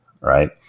Right